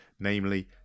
namely